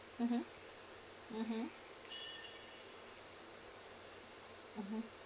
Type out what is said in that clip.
mmhmm mmhmm mmhmm